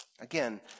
Again